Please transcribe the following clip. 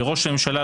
לראש הממשלה,